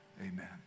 amen